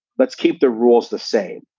let's keep the rules the same.